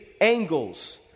angles